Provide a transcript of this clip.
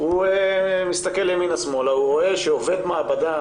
הוא מסתכל ימינה ושמאלה והוא רואה שעובד מעבדה